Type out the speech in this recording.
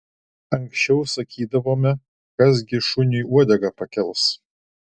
anksčiau sakydavome kas gi šuniui uodegą pakels